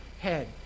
head